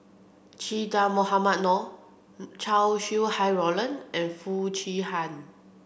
Che Dah Mohamed Noor Chow Sau Hai Roland and Foo Chee Han